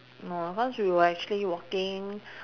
no cause we were actually walking